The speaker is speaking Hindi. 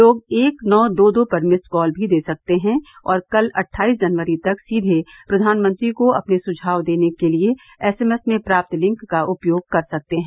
लोग एक नौ दो दो पर मिस्ड कॉल भी दे सकते हैं और कल अट्ठाईस जनवरी तक सीधे प्रधानमंत्री को अपने सुझाव देने के लिए एस एम एस में प्राप्त लिंक का उपयोग कर सकते हैं